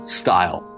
style